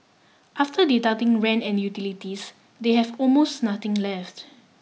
after deducting rent and utilities they have almost nothing left